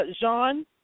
Jean